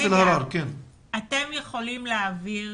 אתם יכולים להעביר